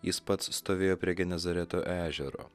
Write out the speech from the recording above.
jis pats stovėjo prie genezareto ežero